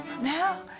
Now